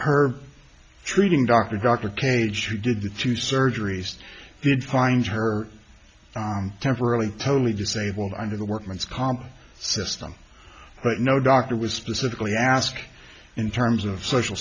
her treating doctor dr cage who did the two surgeries did find her temporarily totally disabled under the workman's comp system but no doctor was specifically asked in terms of social